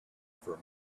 for